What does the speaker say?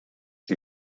die